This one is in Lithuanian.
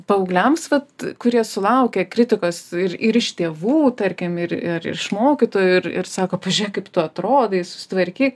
paaugliams vat kurie sulaukia kritikos ir ir iš tėvų tarkim ir ir iš mokytojų ir ir sako pažiūrėk kaip tu atrodai susitvarkyk